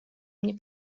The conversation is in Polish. mnie